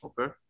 Okay